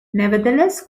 nevertheless